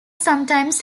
sometimes